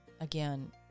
again